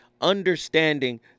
understanding